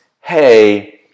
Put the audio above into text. hey